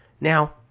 Now